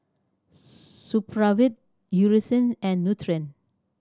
Supravit Eucerin and Nutren